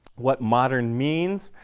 what modern means,